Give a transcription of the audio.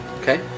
Okay